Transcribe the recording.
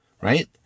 right